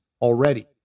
already